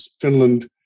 Finland